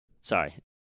Sorry